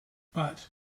but